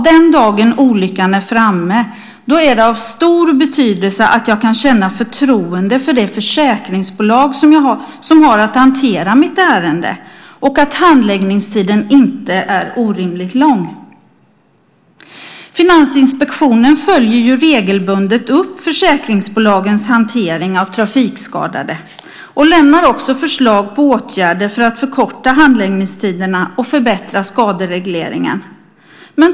Den dagen olyckan är framme är det av stor betydelse att jag kan känna förtroende för det försäkringsbolag som har att hantera mitt ärende och att handläggningstiden inte är orimligt lång. Finansinspektionen följer regelbundet upp försäkringsbolagens hantering av trafikskadade och lämnar också förslag på åtgärder för att förkorta handläggningstiderna och förbättra skaderegleringen.